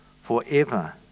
forever